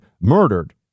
murdered